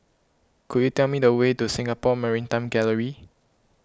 could you tell me the way to Singapore Maritime Gallery